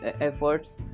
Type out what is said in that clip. efforts